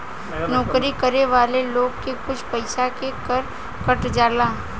नौकरी करे वाला लोग के कुछ पइसा के कर कट जाला